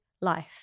life